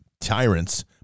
tyrants